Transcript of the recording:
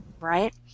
right